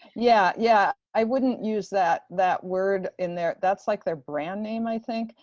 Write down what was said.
yeah, yeah, i wouldn't use that that word in there. that's like their brand name, i think,